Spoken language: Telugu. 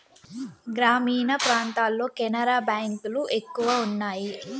గ్రామీణ ప్రాంతాల్లో కెనరా బ్యాంక్ లు ఎక్కువ ఉన్నాయి